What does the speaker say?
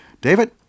David